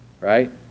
right